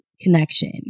connection